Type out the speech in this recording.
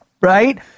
right